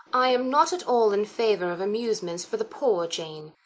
i am not at all in favour of amusements for the poor, jane.